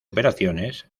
operaciones